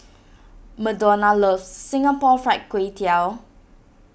Madonna loves Singapore Fried Kway Tiao